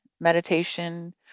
meditation